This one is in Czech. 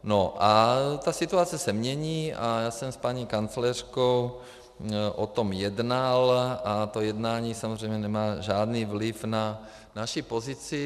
No a ta situace se mění a já jsem s paní kancléřkou o tom jednal a to jednání samozřejmě nemá žádný vliv na naši pozici.